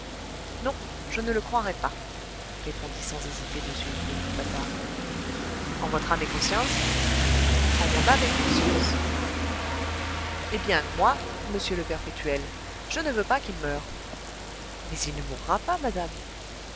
non je ne le croirais pas répondit sans hésiter m hippolyte patard en votre âme et conscience en mon âme et conscience eh bien moi monsieur le perpétuel je ne veux pas qu'il meure mais il ne mourra pas madame